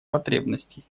потребностей